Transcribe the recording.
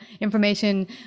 information